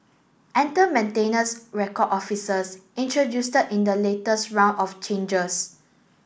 enter maintenance record officers introduce in the latest round of changes